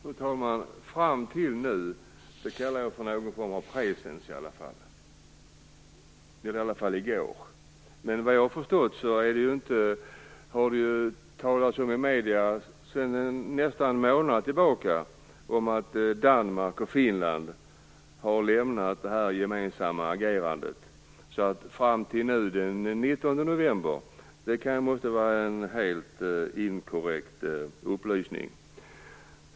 Fru talman! Fram till nu det kallar jag för någon form av presens i alla fall. Men vad jag har förstått har det ju sedan nästan en månad tillbaka i medierna talats om att Danmark och Finland har lämnat det gemensamma agerandet. Att vi har agerat gemensamt med Danmark och Finland till nu, den 19 november, måste vara en helt inkorrekt upplysning.